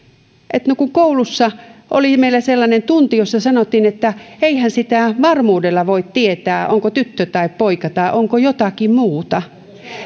että no kun koulussa oli meillä sellainen tunti jossa sanottiin että eihän sitä varmuudella voi tietää onko tyttö tai poika tai onko jotakin muuta